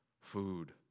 Food